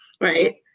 right